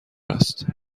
است